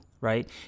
right